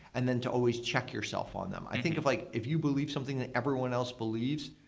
and then to always check yourself on them. i think if like if you believe something that everyone else believes,